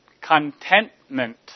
contentment